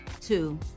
two